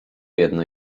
jedno